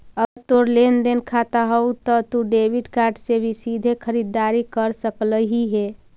अगर तोर लेन देन खाता हउ त तू डेबिट कार्ड से भी सीधे खरीददारी कर सकलहिं हे